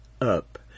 up